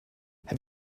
have